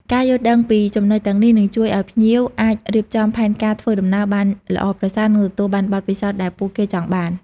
ការយល់ដឹងពីចំណុចទាំងនេះនឹងជួយឲ្យភ្ញៀវអាចរៀបចំផែនការធ្វើដំណើរបានល្អប្រសើរ និងទទួលបានបទពិសោធន៍ដែលពួកគេចង់បាន។